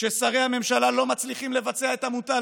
כששרי הממשלה לא מצליחים לבצע את המוטל